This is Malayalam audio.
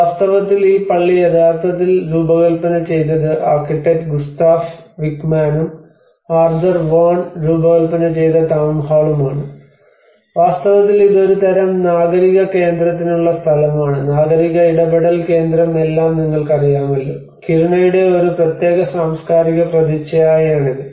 വാസ്തവത്തിൽ ഈ പള്ളി യഥാർത്ഥത്തിൽ രൂപകൽപ്പന ചെയ്തത് ആർക്കിടെക്റ്റ് ഗുസ്താഫ് വിക്മാനും ആർതർ വോൺ രൂപകൽപ്പന ചെയ്ത ടൌൺഹാളും ആണ് വാസ്തവത്തിൽ ഇത് ഒരുതരം നാഗരിക കേന്ദ്രത്തിനുള്ള സ്ഥലമാണ് നാഗരിക ഇടപെടൽ കേന്ദ്രം എല്ലാം നിങ്ങൾക്കറിയാമല്ലോ കിരുണയുടെ ഒരു പ്രത്യേക സാംസ്കാരിക പ്രതിച്ഛായയാണ് ഇത്